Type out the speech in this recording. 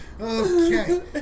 Okay